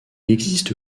existe